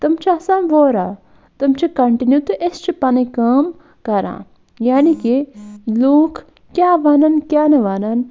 تٕم چھِ آسان ووران تِم چھِ کَنٹِنیوٗ تہٕ أسۍ چھِ پَنٕنۍ کٲم کران یعنی کہِ لوٗکھ کیٛاہ وَنن کیاہ نہٕ وَنن